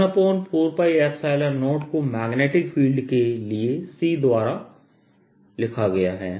14π0 को magnetic field के लिए C द्वारा लिखा गया है